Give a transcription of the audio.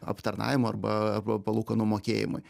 aptarnavimo arba arba palūkanų mokėjimui